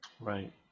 Right